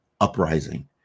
uprising